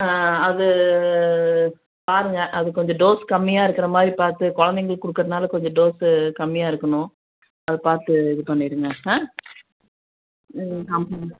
ஆ அது பாருங்க அது கொஞ்சம் டோஸ் கம்மியாக இருக்கிற மாதிரி பார்த்து குழந்தைங்களுக்கு கொடுக்குறதுனால கொஞ்சம் டோஸு கம்மியாக இருக்கணும் அதை பார்த்து இது பண்ணிவிடுங்க ஆ ம் ஆமாங்க